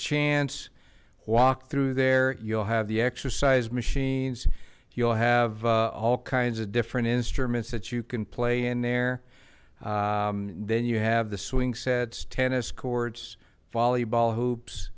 chance walk through there you'll have the exercise machines you'll have all kinds of different instruments that you can play in there then you have the swing sets tennis courts volleyball